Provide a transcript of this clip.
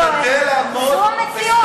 נשתדל לעמוד בסטנדרט, זו המציאות.